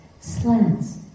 slants